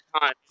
time